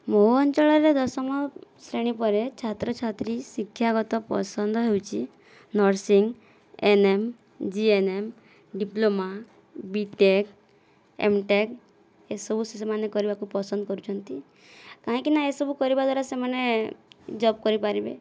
ମୋ ଅଞ୍ଚଳରେ ଦଶମ ଶ୍ରେଣୀ ପରେ ଛାତ୍ର ଛାତ୍ରୀ ଶିକ୍ଷାଗତ ପସନ୍ଦ ହେଉଛି nursing ANM GNM diploma BTech MTech ଏସବୁ ସେମାନେ କରିବାକୁ ପସନ୍ଦ କରୁଛନ୍ତି କାହିଁକିନା ଏସବୁ କରିବା ଦ୍ୱାରା ସେମାନେ ଜବ୍ କରିପାରିବେ